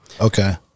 Okay